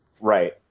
Right